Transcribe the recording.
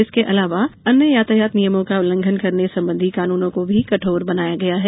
इसके अलावा अन्य यातायात नियमों का उल्लंघन करने संबंधी कानूनों को भी कठोर बनाया गया है